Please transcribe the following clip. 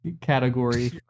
Category